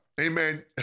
Amen